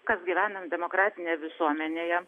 kad gyvename demokratinėje visuomenėje